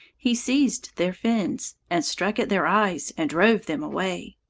he seized their fins, and struck at their eyes and drove them away.